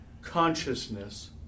Consciousness